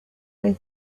they